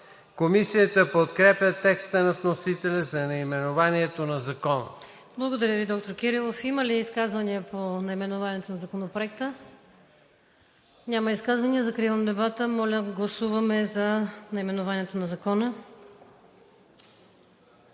Комисията подкрепя текста на вносителя за наименованието на Закона.